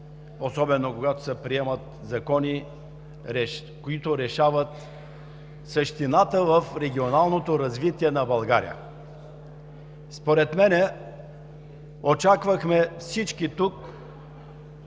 особено когато се приемат закони, които решават същината в регионалното развитие на България. Според мен всички тук